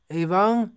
evang